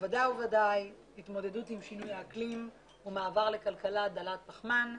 ודאי וודאי התמודדות עם שינוי האקלים ומעבר לכלכלה דלת פחמן,